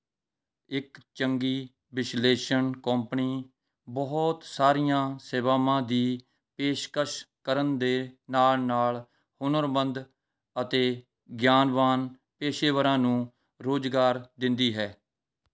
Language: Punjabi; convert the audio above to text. ਇੱਕ ਚੰਗੀ ਵਿਸ਼ਲੇਸ਼ਣ ਕੋਂਪਨੀ ਬਹੁਤ ਸਾਰੀਆਂ ਸੇਵਾਵਾਂ ਦੀ ਪੇਸ਼ਕਸ਼ ਕਰਨ ਦੇ ਨਾਲ਼ ਨਾਲ਼ ਹੁਨਰਮੰਦ ਅਤੇ ਗਿਆਨਵਾਨ ਪੇਸ਼ੇਵਰਾਂ ਨੂੰ ਰੁਜ਼ਗਾਰ ਦਿੰਦੀ ਹੈ